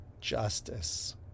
justice